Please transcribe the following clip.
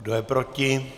Kdo je proti?